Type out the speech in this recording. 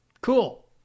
Cool